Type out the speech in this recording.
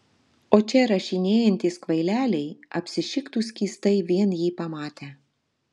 o čia rašinėjantys kvaileliai apsišiktų skystai vien jį pamatę